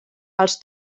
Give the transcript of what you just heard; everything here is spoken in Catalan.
els